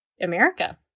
America